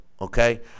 okay